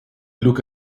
look